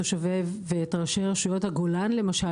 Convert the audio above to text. תושבי וראשי רשויות הגולן למשל,